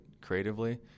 creatively